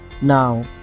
Now